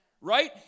right